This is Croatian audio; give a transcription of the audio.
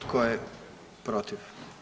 Tko je protiv?